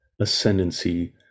ascendancy